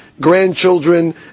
grandchildren